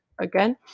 again